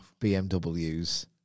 BMWs